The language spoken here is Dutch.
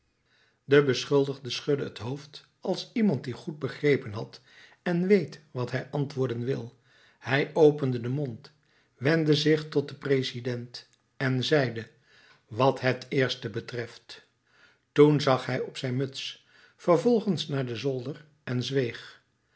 de beschuldigde schudde het hoofd als iemand die goed begrepen had en weet wat hij antwoorden wil hij opende den mond wendde zich tot den president en zeide wat het eerste betreft toen zag hij op zijn muts vervolgens naar den zolder en zweeg